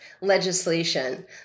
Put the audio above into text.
legislation